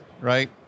right